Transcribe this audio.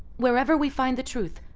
wherever we find the truth,